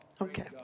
Okay